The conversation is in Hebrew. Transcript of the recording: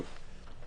אותו דבר.